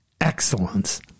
excellence